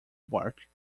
bark